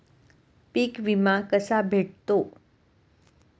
पीक विमा कसा भेटतो?